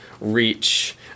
reach